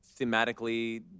thematically